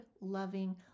loving